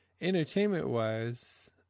entertainment-wise